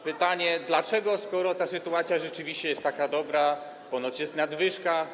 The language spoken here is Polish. Pytanie: Dlaczego, skoro ta sytuacja rzeczywiście jest taka dobra, ponoć jest nadwyżka?